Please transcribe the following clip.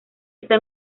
está